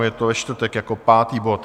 Je to ve čtvrtek jako pátý bod.